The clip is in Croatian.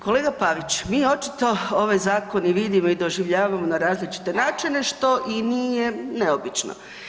Kolega Pavić, vi očito ovaj zakon i vidimo i doživljavamo na različite načine što i nije neobično.